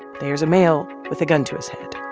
there's a male with a gun to his head. um